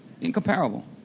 incomparable